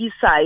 side